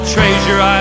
Treasure